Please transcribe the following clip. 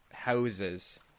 houses